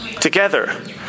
together